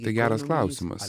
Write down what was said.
tai geras klausimas